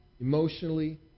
emotionally